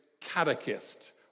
catechist